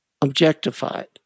objectified